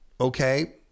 Okay